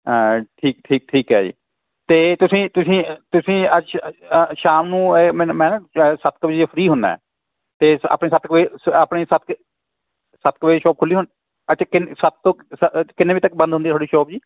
ਠੀਕ ਠੀਕ ਠੀਕ ਹੈ ਜੀ ਅਤੇ ਤੁਸੀਂ ਤੁਸੀਂ ਤੁਸੀਂ ਸ਼ਾਮ ਨੂੰ ਮੈਂ ਨਾ ਅ ਸੱਤ ਕੁ ਵਜੇ ਫਰੀ ਹੁੰਦਾ ਅਤੇ ਸੱ ਆਪਣੇ ਸੱਤ ਕੁ ਵਜੇ ਆਪਣੇ ਸੱਤ ਕੁ ਸੱਤ ਕੁ ਵਜੇ ਸ਼ੋਪ ਖੁੱਲ੍ਹੀ ਹੋ ਅੱਛਾ ਕਿੰਨੇ ਸੱਤ ਤੋਂ ਕਿੰਨੇ ਵਜੇ ਤੱਕ ਬੰਦ ਹੁੰਦੀ ਤੁਹਾਡੀ ਸ਼ੋਪ ਜੀ